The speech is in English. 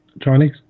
Chinese